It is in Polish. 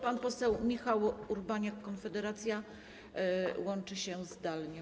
Pan poseł Michał Urbaniak, Konfederacja, łączy się zdalnie.